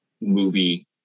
movie